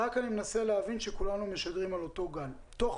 אני רק מנסה להבין שכולנו משדרים על אותו גל: תוך